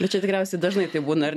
ir čia tikriausiai dažnai taip būna ar